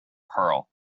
pearl